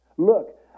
Look